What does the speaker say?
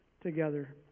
together